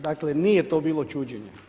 Dakle, nije to bilo čuđenje.